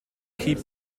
keep